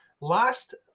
last